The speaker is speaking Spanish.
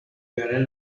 llegaron